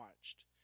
watched